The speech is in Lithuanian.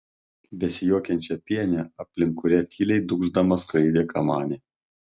besijuokiančią pienę aplink kurią tyliai dūgzdama skraidė kamanė